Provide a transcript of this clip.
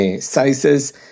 sizes